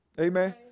Amen